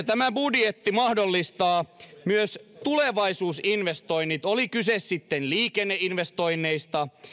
tämä budjetti mahdollistaa myös tulevaisuusinvestoinnit oli kyse sitten liikenneinvestoinneista